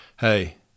Hey